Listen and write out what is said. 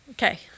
Okay